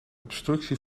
obstructie